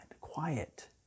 quiet